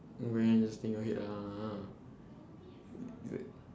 very interesting your head ah !huh!